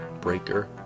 Breaker